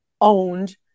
owned